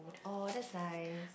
oh that's nice